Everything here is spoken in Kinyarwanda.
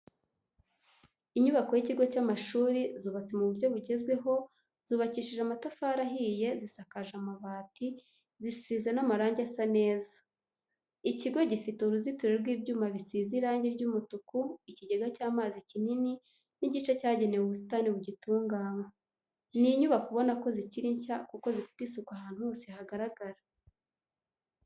Inyubako y'ikigo cy'amashuri zubatse mu buryo bugezweho zubakishije amatafari ahiye zisakaje amabati zisize amarange asa neza, ikigo gifite uruzitiro rw'ibyuma bisize irangi ry'umutuku, ikigega cy'amazi kinini n'igice cyagenewe ubusitani bugitunganywa. Ni inyubako ubona ko zikiri nshya kuko zifite isuku ahantu hose hagaragara.